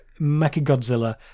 Mechagodzilla